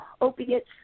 opiates